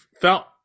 felt